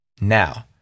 Now